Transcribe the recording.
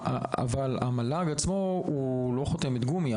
אבל המל"ג עצמו הוא לא חותמת גומי,